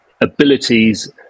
abilities